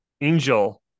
Angel